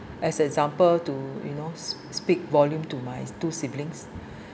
as an example to you know speak volume to my two siblings